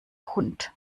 hund